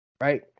right